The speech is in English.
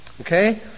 Okay